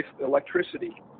electricity